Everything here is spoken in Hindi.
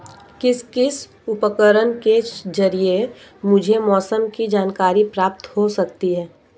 किस किस उपकरण के ज़रिए मुझे मौसम की जानकारी प्राप्त हो सकती है?